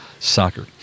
Soccer